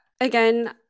again